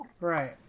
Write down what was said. Right